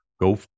Go